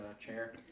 chair